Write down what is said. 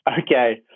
Okay